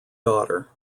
daughter